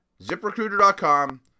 ZipRecruiter.com